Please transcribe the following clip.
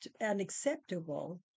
unacceptable